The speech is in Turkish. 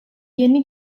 yeni